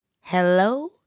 Hello